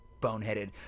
boneheaded